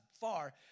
far